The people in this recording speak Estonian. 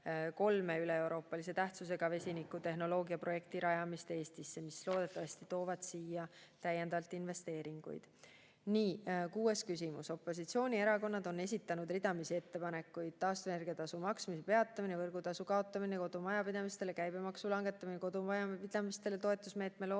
kolme üleeuroopalise tähtsusega vesinikutehnoloogiaprojekti rajamist Eestisse, mis loodetavasti toovad siia täiendavalt investeeringuid. Nii, kuues küsimus: "Opositsioonierakonnad on esitanud ridamisi ettepanekuid: taastuvenergiatasu maksmise peatamine, võrgutasu kaotamine kodumajapidamistele, käibemaksu langetamine, kodumajapidamistele toetusmeetme loomine